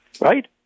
right